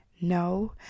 No